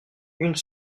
une